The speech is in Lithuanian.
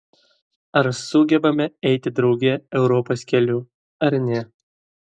ar sugebame eiti drauge europos keliu ar ne